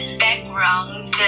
background